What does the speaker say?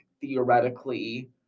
theoretically